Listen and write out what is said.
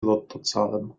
lottozahlen